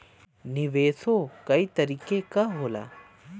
निवेशो कई तरीके क होला